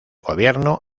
gobierno